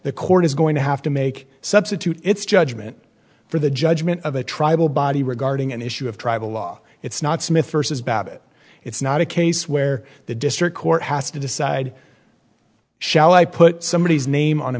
the court is going to have to make substitute its judgment for the judgment of a tribal body regarding an issue of tribal law it's not smith versus babbitt it's not a case where the district court has to decide shall i put somebodies name on a